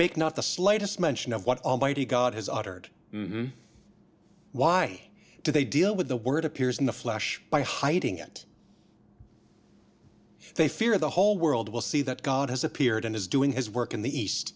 make not the slightest mention of what almighty god has uttered why do they deal with the word appears in the flesh by hiding it they fear the whole world will see that god has appeared and is doing his work in the east